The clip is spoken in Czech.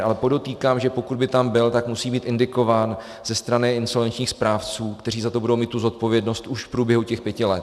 Ale podotýkám, že pokud by tam byl, tak musí být indikován ze strany insolvenčních správců, kteří za to budou mít tu zodpovědnost už v průběhu těch pěti let.